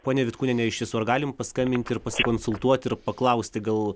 ponia vitkūniene iš tiesų ar galim paskambint ir pasikonsultuot ir paklausti gal